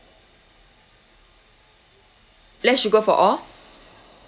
less sugar for all